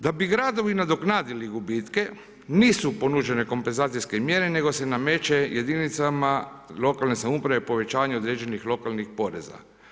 Da bi gradovi nadoknadili gubitke nisu ponuđene kompenzacijske mjere nego se nameće jedinicama lokalne samouprave povećanje određenih lokalnih poreza.